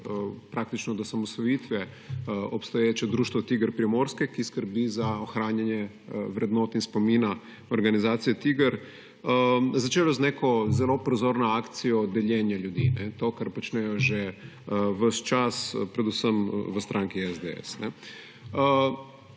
praktično od osamosvojitve obstoječe društvo TIGR Primorske, ki skrbi za ohranjanje vrednot in spomina organizacije TIGR –, ki je začelo z neko prozorno akcijo deljenja ljudi; to, kar počnejo že ves čas predvsem v stranki SDS.